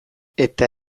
eta